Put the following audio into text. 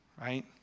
right